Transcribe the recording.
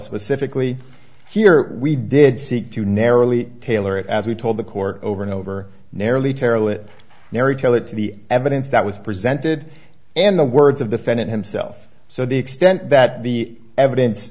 specifically here we did seek to narrowly tailor it as we told the court over and over nearly terrell it mary tell it to the evidence that was presented and the words of defendant himself so the extent that the evidence